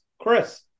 Chris